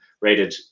rated